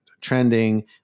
trending